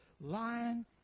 lying